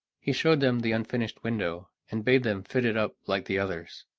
he showed them the unfinished window, and bade them fit it up like the others.